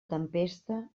tempesta